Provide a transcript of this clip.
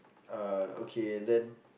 uh okay then